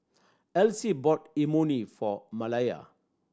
Elsie bought Imoni for Malaya